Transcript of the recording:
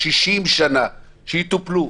ביקשנו שהם יטופלו.